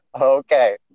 Okay